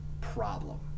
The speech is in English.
problem